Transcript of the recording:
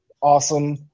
awesome